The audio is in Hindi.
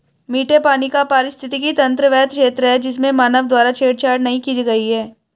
मीठे पानी का पारिस्थितिकी तंत्र वह क्षेत्र है जिसमें मानव द्वारा छेड़छाड़ नहीं की गई है